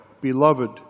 beloved